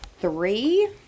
three